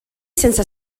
sense